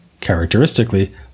Characteristically